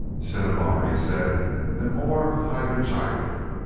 cinnabar, he said an ore of hydrargyrum!